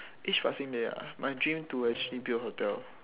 each passing day ah my dream to actually build a hotel